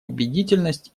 убедительность